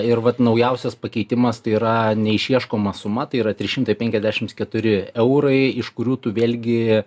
ir vat naujausias pakeitimas tai yra neišieškoma suma tai yra trys šimtai penkiasdešims keturi eurai iš kurių tu vėlgi